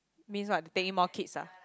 means what paying more kids ah